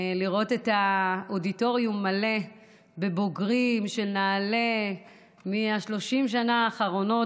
לראות את האודיטוריום מלא בבוגרים של נעל"ה מ-30 השנה האחרונות,